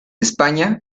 españa